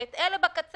ואת אלה שבקצה,